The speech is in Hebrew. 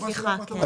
סליחה, כן.